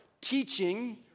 teaching